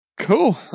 cool